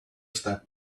step